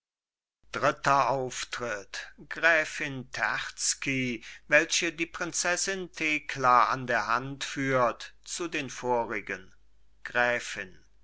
dritter auftritt gräfin terzky welche die prinzessin thekla an der hand führt zu den vorigen gräfin